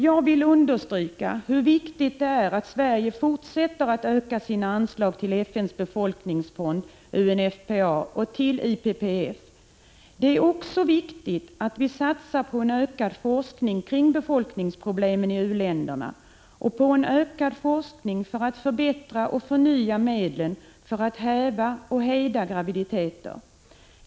Jag vill understryka hur viktigt det är att Sverige fortsätter att öka sina anslag till FN:s befolkningsfond, UNFPA, och till IPPF. Det är också viktigt att vi satsar på en ökad forskning kring befolkningsproblemen i u-länderna och på en ökad forskning för att förbättra och förnya medlen för att häva och hejda graviditeter.